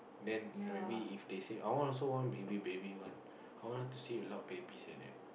then maybe if they say I want also want baby baby one I want to see a lot of babies like that